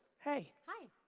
hey. hi,